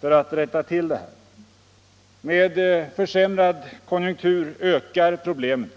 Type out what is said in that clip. för att rätta till det här. , Med försämrad konjunktur ökar problemen.